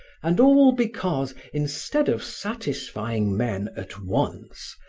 and all because, instead of satisfying men at once,